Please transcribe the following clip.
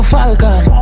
Falcon